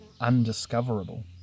undiscoverable